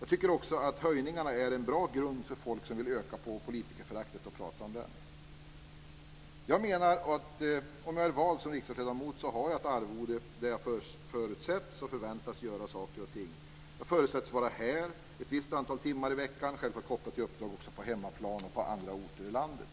Jag tycker också att höjningarna är en bra grund för folk som vill öka på politikerföraktet och prata om det. Jag menar att om jag är vald som riksdagsledamot har jag ett arvode där jag förutsätts och förväntas göra saker och ting. Jag förutsätts vara här ett visst antal timmar i veckan, självklart kopplat till uppdrag också på hemmaplan och på andra orter i landet.